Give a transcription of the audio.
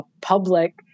public